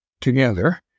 together